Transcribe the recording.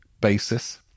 basis